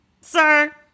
sir